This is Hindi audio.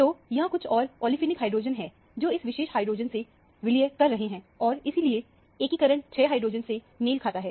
तो यहां कुछ और औलीफेनिक हाइड्रोजन है जो इस विशेष हाइड्रोजन से विलय कर रहे हैं और इसीलिए एकीकरण 6 हाइड्रोजन से मेल खाता है